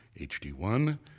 HD1